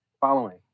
following